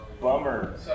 Bummer